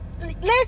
Listen